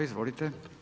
Izvolite.